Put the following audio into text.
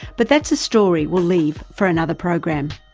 but that's a story we'll leave for another program.